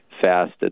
fast